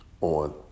on